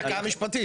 אתם המחלקה המשפטית.